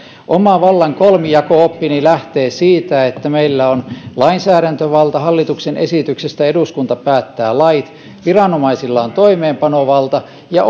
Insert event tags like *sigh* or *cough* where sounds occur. oma vallan kolmijako oppini lähtee siitä että meillä on lainsäädäntövalta hallituksen esityksestä eduskunta päättää lait viranomaisilla on toimeenpanovalta ja *unintelligible*